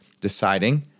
deciding